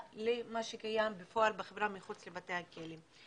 למה שקיים בפועל בחברה מחוץ לבתי הכלא.